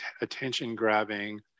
attention-grabbing